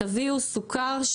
"תביאו סוכר,